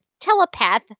telepath